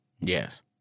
Yes